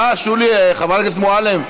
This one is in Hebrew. סליחה, שולי, חברת הכנסת מועלם,